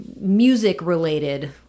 Music-related